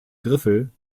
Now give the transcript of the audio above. griffel